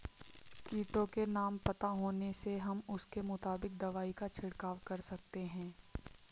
कीटों के नाम पता होने से हम उसके मुताबिक दवाई का छिड़काव कर सकते हैं